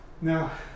Now